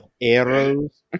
arrows